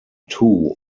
two